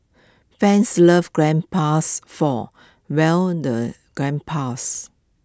fans love grandpas for well the grandpas